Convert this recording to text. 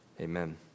Amen